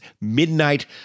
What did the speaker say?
Midnight